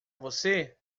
você